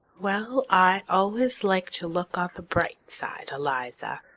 well, i always like to look on the bright side, eliza.